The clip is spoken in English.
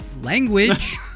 language